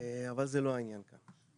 אבל זה לא העניין כאן.